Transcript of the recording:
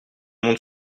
monde